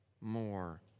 more